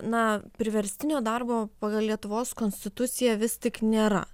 na priverstinio darbo pagal lietuvos konstituciją vis tik nėra